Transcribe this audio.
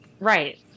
right